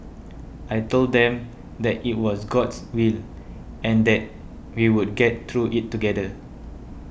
I told them that it was God's will and that we would get through it together